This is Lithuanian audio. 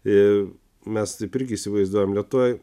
ir mes taip irgi įsivaizduojam lietuvoj